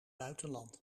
buitenland